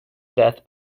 death